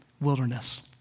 wilderness